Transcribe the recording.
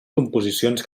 composicions